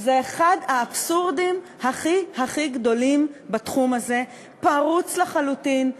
הוא אחד האבסורדים הכי הכי גדולים בתחום הזה: פרוץ לחלוטין,